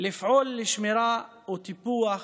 לפעול לשמירה וטיפוח